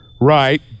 Right